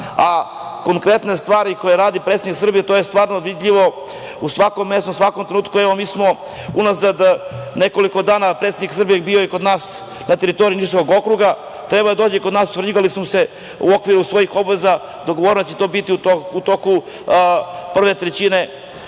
a konkretne stvari koje radi predsednik Srbije, to je stvarno vidljivo u svakom mestu, u svakom trenutku. Mi smo unazad nekoliko dana, predsednik Srbije bio je kod nas na teritoriji niškog okruga, trebao je da dođe kod nas u Svrljig, ali smo se u okviru svojih obaveza dogovorili da će to biti u toku prve trećine